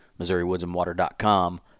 MissouriWoodsAndWater.com